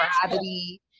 gravity